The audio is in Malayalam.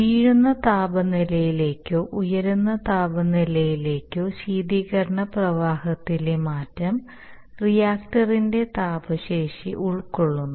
വീഴുന്ന താപനിലയിലേക്കോ ഉയരുന്ന താപനിലയിലേക്കോ ശീതീകരണ പ്രവാഹത്തിലെ മാറ്റം റിയാക്ടറിന്റെ താപ ശേഷി ഉൾക്കൊള്ളുന്നു